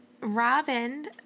Robin